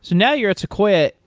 now you're at sequoia.